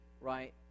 right